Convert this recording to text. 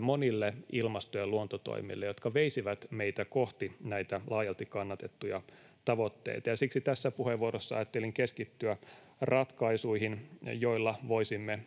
monille ilmasto- ja luontotoimille, jotka veisivät meitä kohti näitä laajalti kannatettuja tavoitteita, ja siksi tässä puheenvuorossa ajattelin keskittyä ratkaisuihin, joilla voisimme